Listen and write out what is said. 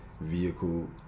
vehicle